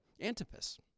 Antipas